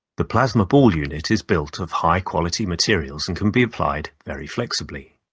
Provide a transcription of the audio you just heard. the plasma ball unit is built of high quality materials and can be applied very flexibly.